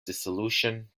dissolution